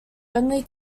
only